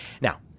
Now